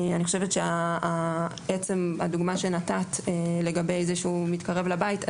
אני חושבת שהדוגמה שנתת לגבי זה שהוא מתקרב לבית,